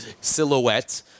silhouette